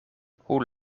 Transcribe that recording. hoe